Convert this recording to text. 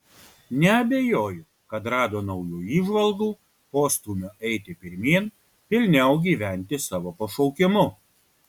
neabejoju kad rado naujų įžvalgų postūmio eiti pirmyn pilniau gyventi savo pašaukimu